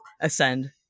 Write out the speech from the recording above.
ascend